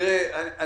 מניח